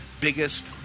biggest